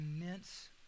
immense